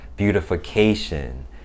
beautification